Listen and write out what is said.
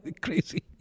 crazy